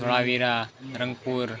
Dholavira Rangpur